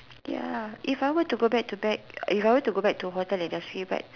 ya if I were to go back to back if I were to go back to hotel industry